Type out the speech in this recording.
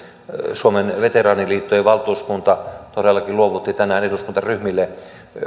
suomen veteraaniliittojen valtuuskunta todellakin luovutti tänään eduskuntaryhmille